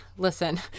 listen